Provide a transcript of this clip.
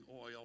oil